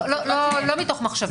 לא מתוך מחשבה.